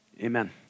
Amen